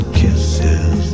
kisses